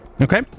Okay